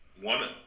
one